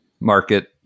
market